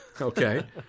Okay